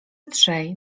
trzej